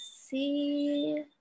see